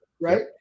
Right